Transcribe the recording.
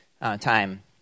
time